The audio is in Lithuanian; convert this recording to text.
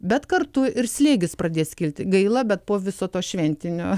bet kartu ir slėgis pradės kilti gaila bet po viso to šventinio